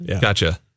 gotcha